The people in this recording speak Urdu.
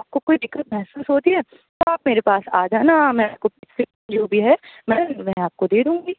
آپ کو کوئی دقت محسوس ہوتی ہے تو آپ میرے پاس آ جانا میں آپ کو جو بھی ہے میں آپ کو دے دوں گی